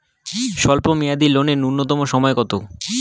স্বল্প মেয়াদী লোন এর নূন্যতম সময় কতো?